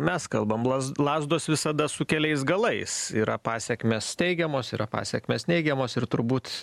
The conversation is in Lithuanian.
mes kalbam laz lazdos visada su keliais galais yra pasekmės teigiamos yra pasekmės neigiamos ir turbūt